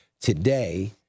today